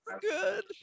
good